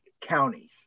counties